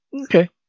Okay